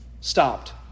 stopped